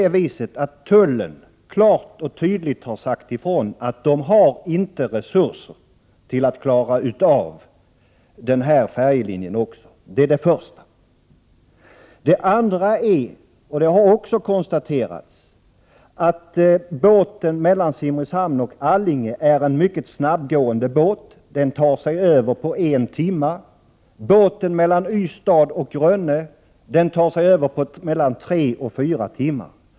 Tullen har klart och tydligt sagt ifrån att man inte har resurser att klara av den färjelinjen också. Det är det första. Det andra är — och det har också konstaterats — att båten mellan Simrishamn och Allinge är en mycket snabbgående båt — den tar sig över på en timme. Båten mellan Ystad och Rönne tar mellan tre och fyra timmar på sig.